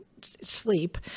sleep